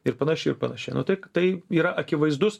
ir panašiai ir panašiai nu tik tai yra akivaizdus